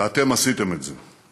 ואתם עשיתם את זאת.